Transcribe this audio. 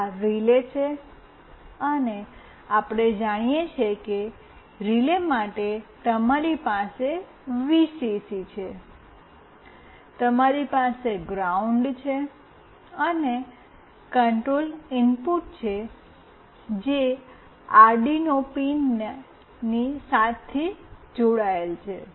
આ રિલે છે અને આપણે જાણીએ છીએ કે રિલે માટે તમારી પાસે વીસીસી છે તમારી પાસે ગ્રાઉન્ડ છે અને કંટ્રોલ ઇનપુટ છે જે આર્ડિનોના પિન 7 થી જોડાયેલ છે